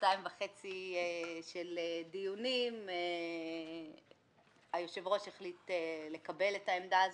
שנתיים וחצי של דיונים היושב-ראש החליט לקבל את העמדה הזאת.